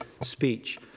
speech